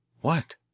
What